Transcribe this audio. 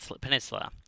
Peninsula